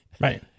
Right